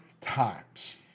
times